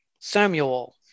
Samuel